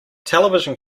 television